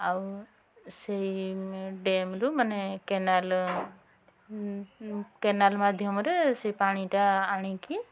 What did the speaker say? ଆଉ ସେଇ ଡ୍ୟାମ୍ରୁ ମାନେ କେନାଲ୍ କେନାଲ୍ ମାଧ୍ୟମରେ ସେ ପାଣିଟା ଆଣିକି